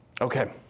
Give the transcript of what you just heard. Okay